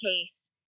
case